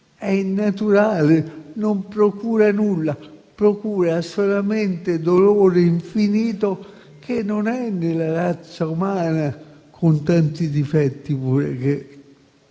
è innaturale e non procura nulla; procura solamente dolore infinito, che non è nella razza umana, pur con i tanti difetti che ha.